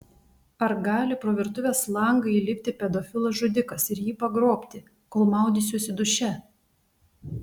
ar gali pro virtuvės langą įlipti pedofilas žudikas ir jį pagrobti kol maudysiuosi duše